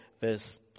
verse